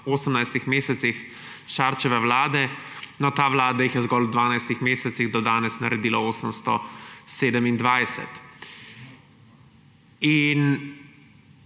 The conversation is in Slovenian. v osemnajstih mesecih Šarčeve vlade. No, ta vlada jih je zgolj v dvanajstih mesecih do danes naredila 827. In